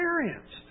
experienced